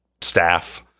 staff